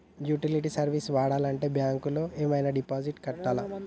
Utility service వాడాలంటే bank లో ఏమైనా డిపాజిట్ కట్టాలా?